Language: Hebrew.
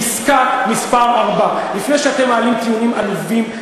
פסקה מס' 4. לפני שאתם מעלים טיעונים עלובים,